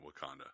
Wakanda